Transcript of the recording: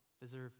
deserve